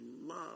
love